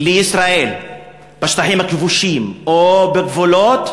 כל ויתור ערבי לישראל בשטחים הכבושים או בגבולות,